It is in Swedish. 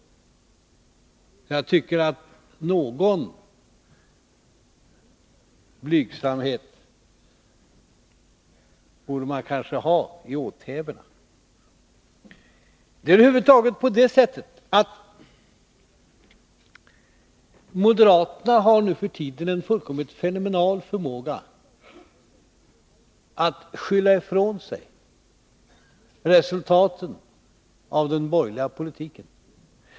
Jag tycker att någon blygsamhet borde man kanske ha i åthävorna. Det är över huvud taget på det sättet att moderaterna nu för tiden har en fullständigt fenomenal förmåga att skylla ifrån sig resultaten av den borgerliga politiken.